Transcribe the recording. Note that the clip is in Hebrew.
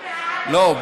לא,